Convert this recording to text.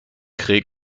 créé